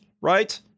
right